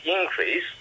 increase